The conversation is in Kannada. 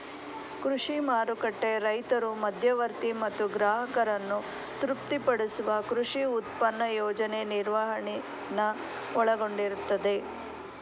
ಕೃಷಿ ಮಾರುಕಟ್ಟೆ ರೈತರು ಮಧ್ಯವರ್ತಿ ಮತ್ತು ಗ್ರಾಹಕರನ್ನು ತೃಪ್ತಿಪಡಿಸುವ ಕೃಷಿ ಉತ್ಪನ್ನ ಯೋಜನೆ ನಿರ್ವಹಣೆನ ಒಳಗೊಂಡಿರ್ತದೆ